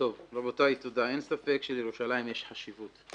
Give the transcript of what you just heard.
אין ספק שלירושלים יש חשיבות,